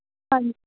ਹਾਂ